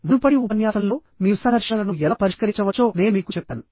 మునుపటి ఉపన్యాసంలో మీరు సంఘర్షణలను ఎలా పరిష్కరించవచ్చో నేను మీకు చెప్పాను